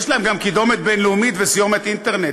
יש להם גם קידומת בין-לאומית וסיומת אינטרנט,